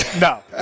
No